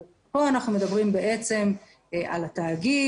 כאן אנחנו מדברים על התאגיד,